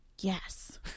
yes